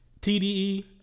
TDE